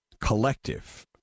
Collective